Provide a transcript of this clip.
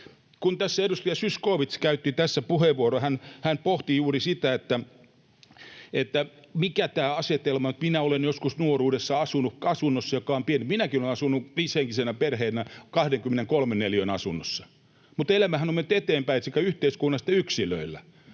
Kun edustaja Zyskowicz käytti tässä puheenvuoron, hän pohti sitä, mikä tämä asetelma nyt on ja että minä olen joskus nuoruudessa asunut asunnossa, joka oli pieni. Minäkin olen asunut viisihenkisessä perheessä 23 neliön asunnossa. Mutta elämähän on mennyt eteenpäin sekä yhteiskunnassa että yksilöillä,